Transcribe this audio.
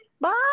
Bye